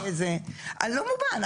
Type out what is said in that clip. אז לא מובן.